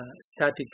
Static